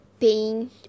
pain